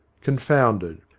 confounded.